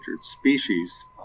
species